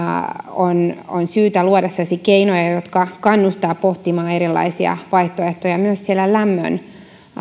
on on syytä luoda sellaisia keinoja jotka kannustavat pohtimaan erilaisia vaihtoehtoja myös lämmön